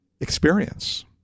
experience